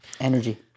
energy